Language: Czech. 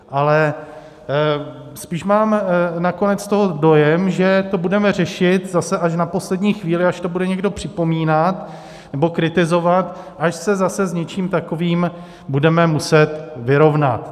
Ale spíš mám nakonec z toho dojem, že to budeme řešit zase až na poslední chvíli, až to bude někdo připomínat nebo kritizovat, až se zase s něčím takovým budeme muset vyrovnat.